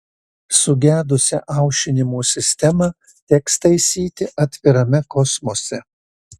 sugedusią aušinimo sistemą teks taisyti atvirame kosmose